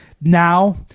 now